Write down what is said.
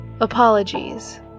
Apologies